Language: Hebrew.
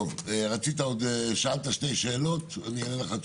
שאלת שתי שאלות, אני אענה לך.